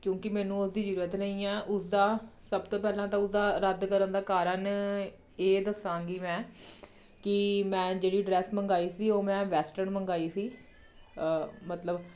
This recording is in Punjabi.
ਕਿਉਂਕਿ ਮੈਨੂੰ ਉਸਦੀ ਜ਼ਰੂਰਤ ਨਹੀਂ ਆ ਉਸਦਾ ਸਭ ਤੋਂ ਪਹਿਲਾਂ ਤਾਂ ਉਸਦਾ ਰੱਦ ਕਰਨ ਦਾ ਕਾਰਨ ਇਹ ਦੱਸਾਂਗੀ ਮੈਂ ਕਿ ਮੈਂ ਜਿਹੜੀ ਡਰੈਸ ਮੰਗਾਈ ਸੀ ਉਹ ਮੈਂ ਵੈਸਟਰਨ ਮੰਗਾਈ ਸੀ ਮਤਲਬ